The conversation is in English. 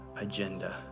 agenda